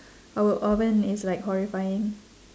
our oven is like horrifying